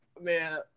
man